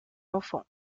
enfants